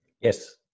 yes